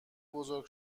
بزرگ